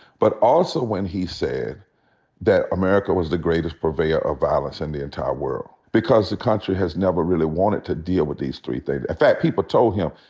but also when he said that america was the greatest purveyor of violence in the entire world because the country has never really wanted to deal with these three things. in fact, people told him,